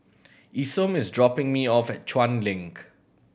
Isom is dropping me off at Chuan Link